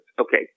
Okay